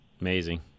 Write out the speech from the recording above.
Amazing